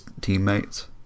teammates